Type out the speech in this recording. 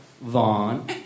Vaughn